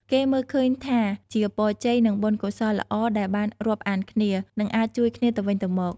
គេមើលឃើញថាជាពរជ័យ និងបុណ្យកុសលល្អដែលបានរាប់អានគ្នា និងអាចជួយគ្នាទៅវិញទៅមក។